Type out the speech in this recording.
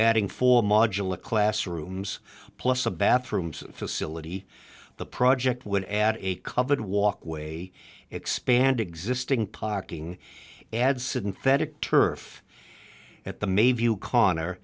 adding four modular classrooms plus the bathrooms facility the project would add a covered walkway expand existing parking add synthetic turf at the may view connor